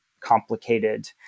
complicated